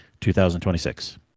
2026